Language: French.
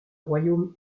royaume